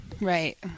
Right